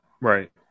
Right